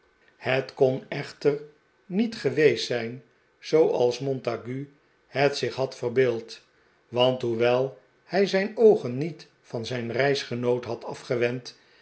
het kon echter niet geweest zijn zooals montague het zich had verbeeld want hoewel hij zijn oogen niet van zijn reisgenoot had afgewend